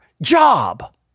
job